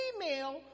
female